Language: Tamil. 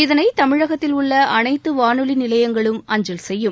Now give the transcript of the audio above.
இதனை தமிழகத்தில் உள்ள அனைத்து வானொலி நிலையங்களும் அஞ்சல் செய்யும்